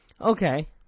Okay